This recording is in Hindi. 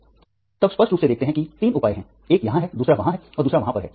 हम तब स्पष्ट रूप से देखते हैं कि 3 उपाय हैं एक यहाँ है दूसरा वहाँ है और दूसरा वहाँ पर है